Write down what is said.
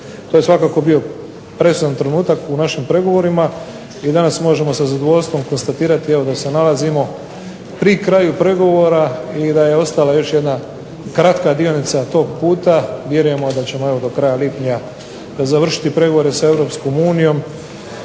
To je svakako bio presudan trenutak u našim pregovorima i danas možemo sa zadovoljstvom konstatira evo da se nalazimo pri kraju pregovora i da je ostala još jedna kratka dionica tog puta. Vjerujemo da ćemo evo do kraja lipnja završiti pregovore sa Europskom unijom